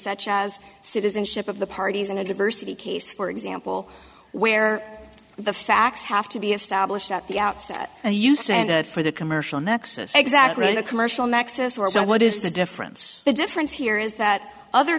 such as citizenship of the parties in a diversity case for example where the facts have to be established at the outset a use and for the commercial nexus exactly a commercial nexus or what is the difference the difference here is that other